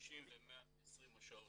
ה-60 או 120 שעות.